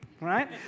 right